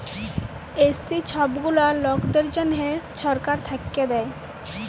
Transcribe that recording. SC ছব গুলা লকদের জ্যনহে ছরকার থ্যাইকে দেয়